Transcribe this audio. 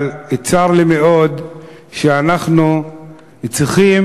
צר לי מאוד שאנחנו צריכים,